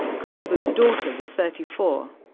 gulumbu's daughter was thirty four.